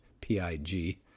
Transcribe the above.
P-I-G